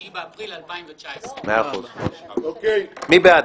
9 באפריל 2019". מי בעד?